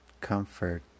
comfort